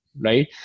Right